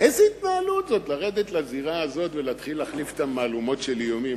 איזו התנהלות זו לרדת לזירה הזאת ולהתחיל להחליף אתם מהלומות של איומים?